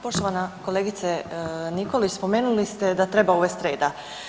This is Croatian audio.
Poštovana kolegice Nikolić spomenuli ste da treba uvest reda.